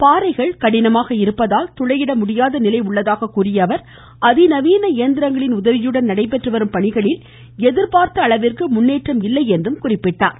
பாறைகள் கடினமாக இருப்பதால் துளையிட முடியாத நிலை உள்ளதாகக் கூறியஅவர் அதி நவீன இயந்திரத்தின் உதவியுடன் நடைபெற்றுவரும் பணிகளில் எதிர்பார்த்த அளவுக்கு முன்னேற்றம் இல்லை என்று கூறினார்